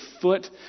foot